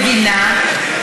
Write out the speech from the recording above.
אני מבינה,